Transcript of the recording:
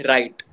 Right